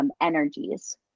energies